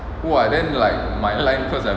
!wah! then like my line cause I have to speak malay right